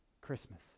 Christmas